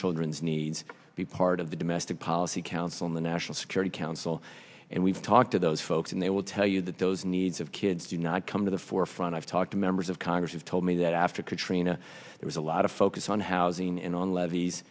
children's needs be part of the domestic policy council national security council and we've talked to those folks and they will tell you that those needs kids do not come to the forefront i've talked to members of congress have told me that after katrina there was a lot of focus on housing and on levees